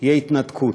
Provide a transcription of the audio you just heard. תהיה התנתקות,